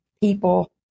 people